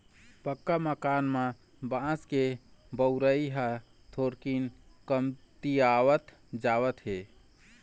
पक्का मकान म बांस के बउरई ह थोकिन कमतीयावत जावत हे